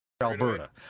Alberta